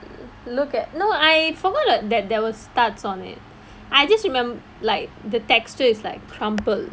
look at no I forgot like that there were studs on it I just remember like the texture is like crumpled